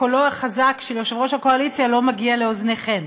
קולו החזק של יושב-ראש הקואליציה לא מגיע לאוזניכן.